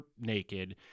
naked